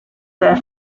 their